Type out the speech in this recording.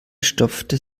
stopfte